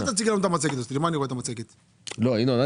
ומה עוד